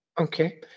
Okay